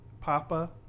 Papa